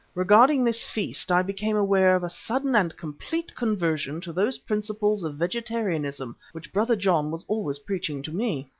regarding this feast i became aware of a sudden and complete conversion to those principles of vegetarianism which brother john was always preaching to me.